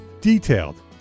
Detailed